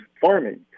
farming